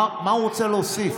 מה הוא רוצה להוסיף.